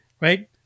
right